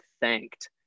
thanked